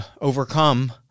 overcome